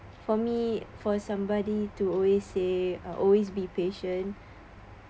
for me for somebody to always say uh always be patient